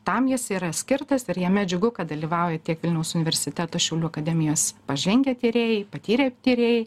tam jis yra skirtas ir jame džiugu kad dalyvauja tiek vilniaus universiteto šiaulių akademijos pažengę tyrėjai patyrę tyrėjai